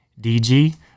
DG